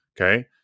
Okay